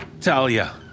Talia